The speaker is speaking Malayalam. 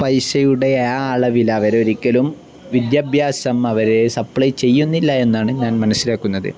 പൈസയുടെ ആ അളവിൽ അവർ ഒരിക്കലും വിദ്യാഭ്യാസം അവരെ സപ്ലൈ ചെയ്യുന്നില്ല എന്നാണ് ഞാൻ മനസ്സിലാക്കുന്നത്